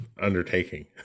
undertaking